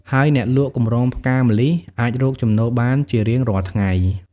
ហើយអ្នកលក់កម្រងផ្កាម្លិះអាចរកចំណូលបានជារៀងរាល់ថ្ងៃ។